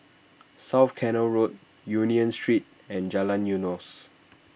South Canal Road Union Street and Jalan Eunos